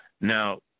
Now